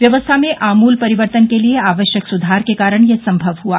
व्यवस्था में आमूल परिवर्तन के लिए आवश्यक सुधार के कारण यह संभव हुआ